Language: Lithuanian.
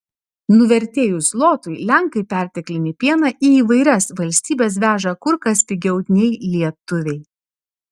nuvertėjus zlotui lenkai perteklinį pieną į įvairias valstybes veža kur kas pigiau nei lietuviai